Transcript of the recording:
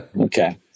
Okay